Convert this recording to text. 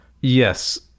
Yes